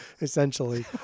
essentially